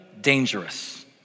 dangerous